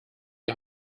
die